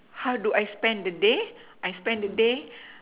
how do I spend the day I spend the day